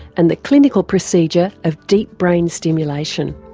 and the clinical procedure of deep brain stimulation.